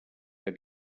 que